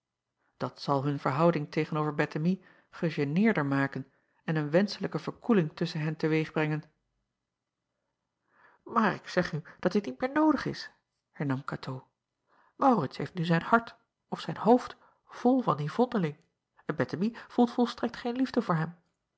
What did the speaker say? at zal hun verhouding tegen-over ettemie gegeneerder maken en een wenschlijke verkoeling tusschen hen te weeg brengen aar ik zeg u dat dit niet meer noodig is hernam atoo aurits heeft nu zijn hart of zijn hoofd vol van die vondeling en ettemie voelt volstrekt geen liefde voor hem